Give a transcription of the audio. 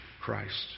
Christ